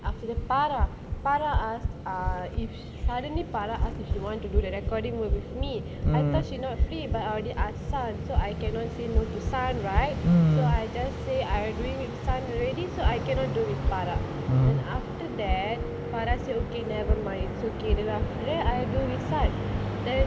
after that farah farah asked ah if suddenly farah asked if she want to do the recording with me I thought she not free but I already asked sun so I cannot say no to sun right so I just said I doing with sun already so I cannot do with farah then after that farah said okay never mind it's okay lah then I do with sun